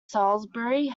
salisbury